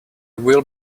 will